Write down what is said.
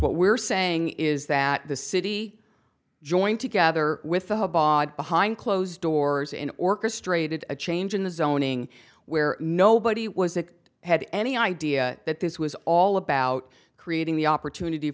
what we're saying is that the city joined together with the home behind closed doors in orchestrated a change in the zoning where nobody was that had any idea that this was all about creating the opportunity